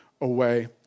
away